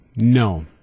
No